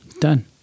Done